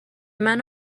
منو